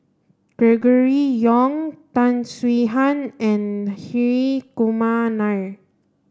Gregory Yong Tan Swie Hian and Hri Kumar Nair